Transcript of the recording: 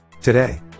Today